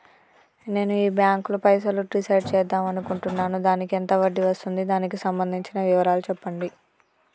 నేను ఈ బ్యాంకులో పైసలు డిసైడ్ చేద్దాం అనుకుంటున్నాను దానికి ఎంత వడ్డీ వస్తుంది దానికి సంబంధించిన వివరాలు చెప్పండి?